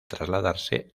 trasladarse